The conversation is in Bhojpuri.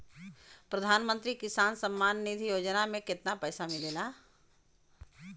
प्रधान मंत्री किसान सम्मान निधि योजना में कितना पैसा मिलेला?